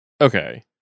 okay